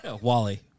Wally